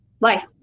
life